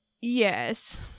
yes